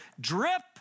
drip